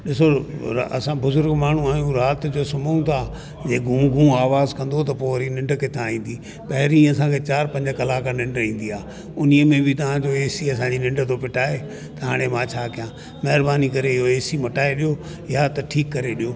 ॾिसो असां बुज़ुर्ग माण्हू आहियूं राति जो सुम्हूं था ए गूं गूं अवाज़ कंदो त पोइ वरी निंड किता ईंदी पहिरियों असांखे चारि पंज कलाक निंड ईंदी आहे उनमें बि तव्हांजो एसी निंड तो फिटाए त हाणे मां छा कयां महिरबानी करे इहो एसी मटाए ॾियो या त ठीकु करे ॾियो